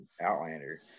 Outlander